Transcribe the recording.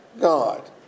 God